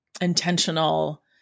intentional